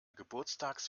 geburtstags